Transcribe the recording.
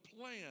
plan